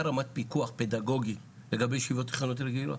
רמת פיקוח פדגוגי לגבי ישיבות חרדיות רגילות